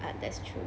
that's true